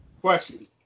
Question